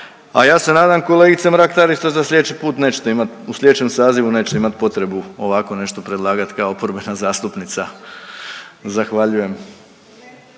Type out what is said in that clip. sljedeći put nećete imati, u sljedećem sazivu nećete imati potrebu ovako nešto predlagati kao oporbena zastupnica. Zahvaljujem.